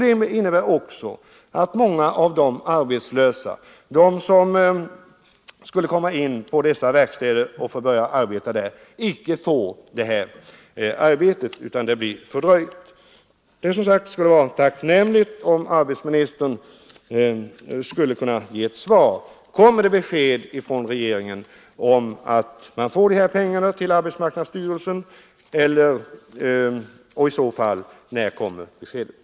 Det innebär naturligtvis också att många av de arbetslösa som skulle börja arbeta på dessa verkstäder inte får något arbete; i varje fall blir det fördröjt. Det skulle som sagt vara tacknämligt om arbetsmarknadsministern kunde ge ett svar på frågan: Kommer det ett besked från regeringen till arbetsmarknadsstyrelsen om att man får dessa pengar och när kommer i så fall det beskedet?